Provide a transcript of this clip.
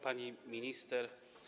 Pani Minister!